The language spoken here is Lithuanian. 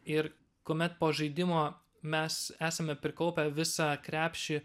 ir kuomet po žaidimo mes esame prikaupę visą krepšį